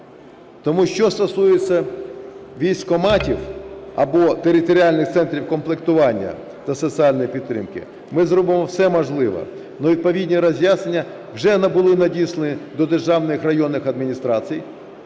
Тому, що стосується військкоматів або територіальних центрів комплектування та соціальної підтримки, ми зробимо все можливе. Ну і відповідні роз'яснення вже були надіслані до державних районних адміністрацій